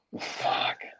Fuck